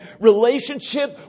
relationship